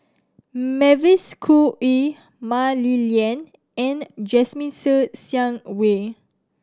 Mavis Khoo Oei Mah Li Lian and Jasmine Ser Xiang Wei